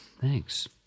Thanks